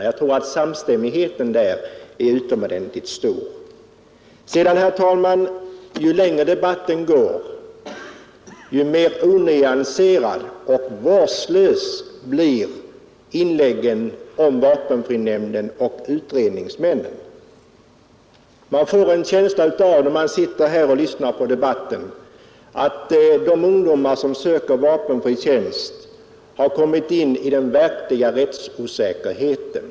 Jag tror att samstämmigheten därvidlag är utomordentligt stor. Herr talman! Ju längre debatten fortskrider, desto mer onyanserade och vårdslösa blir inläggen om vapenfrinämnden och utredningsmännen. När man sitter och lyssnar på debatten får man ett intryck av att de ungdomar som söker vapenfri tjänst har kommit in i den verkliga rättsosäkerheten.